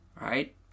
right